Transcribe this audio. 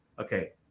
Okay